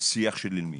שיח של אילמים.